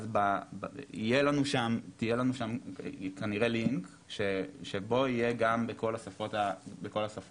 אז יהיה לנו שם כנראה לינק שבו יהיה גם בכל השפות האחרות.